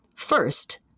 First